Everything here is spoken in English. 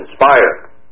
inspire